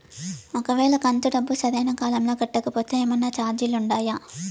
ఒక వేళ కంతు డబ్బు సరైన కాలంలో కట్టకపోతే ఏమన్నా చార్జీలు ఉండాయా?